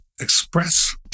express